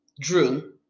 Drew